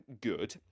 good